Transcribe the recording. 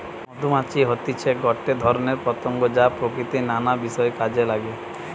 মধুমাছি হতিছে গটে ধরণের পতঙ্গ যা প্রকৃতির নানা বিষয় কাজে নাগে